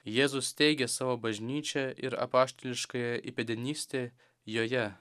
jėzus steigė savo bažnyčią ir apaštališkąją įpėdinystę joje